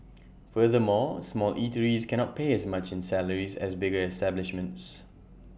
furthermore small eateries cannot pay as much in salaries as bigger establishments